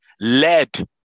led